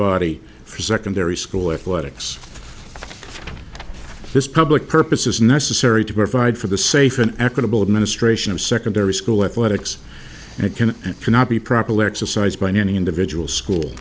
body for secondary school athletics this public purpose is necessary to provide for the safe and equitable administration of secondary school athletics and it can and cannot be properly exercised by any individual school